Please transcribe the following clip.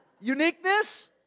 Uniqueness